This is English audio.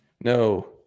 No